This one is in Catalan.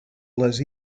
les